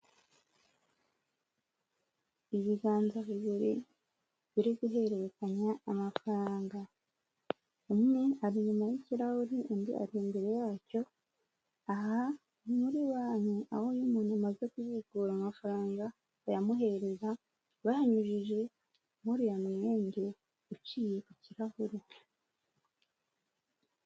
Ibiganza bibiri biri guhererekanya amafaranga, umwe ari inyuma y'ikirahuri undi ari imbere yacyo, aha ni muri banki aho iyo umuntu amaze kubikura amafaranga bayamuhereza bayanyujije muri uriya mwenge uciye ku kirahure.